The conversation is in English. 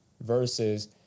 versus